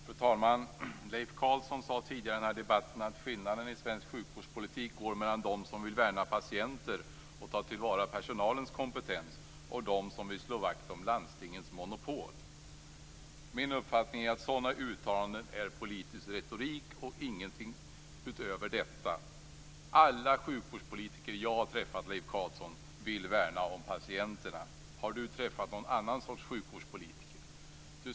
Fru talman! Leif Carlson sade tidigare i denna debatt att skillnaden i svensk sjukvårdspolitik går mellan dem som vill värna patienter och ta till vara personalens kompetens och dem som vill slå vakt om landstingens monopol. Min uppfattning är att sådana uttalanden är politisk retorik och ingenting utöver detta. Alla sjukvårdspolitiker som jag har träffat, Leif Carlson, vill värna patienterna. Har Leif Carlson träffat någon annan sorts sjukvårdspolitiker?